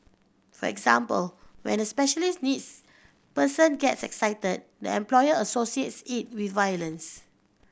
for example when a special needs person gets excited the employer associates it with violence